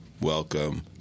Welcome